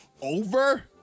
over